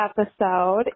episode